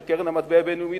של קרן המטבע הבין-לאומית,